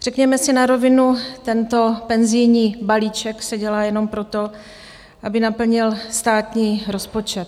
Řekněme si na rovinu, tento penzijní balíček se dělá jenom proto, aby naplnil státní rozpočet.